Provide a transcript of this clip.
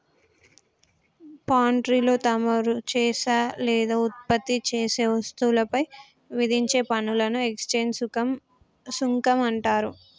పాన్ట్రీలో తమరు చేసే లేదా ఉత్పత్తి చేసే వస్తువులపై విధించే పనులను ఎక్స్చేంజ్ సుంకం అంటారు